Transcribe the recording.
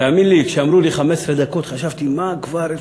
תאמין לי, כשאמרו לי 15 דקות חשבתי מה כבר אפשר,